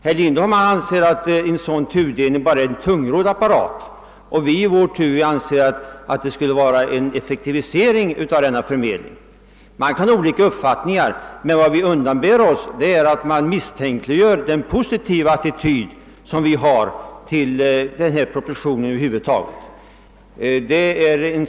Herr Lindholm anser att en sådan tudelning bara är en tungrodd apparat, medan vi i vår tur anser att den skulle innebära en effektivisering av denna förmedling. Man kan ha olika uppfattningar, men vi på vårt håll undanber oss att man försöker misstänkliggöra den positiva attityd som vi har till denna proposition över huvud taget.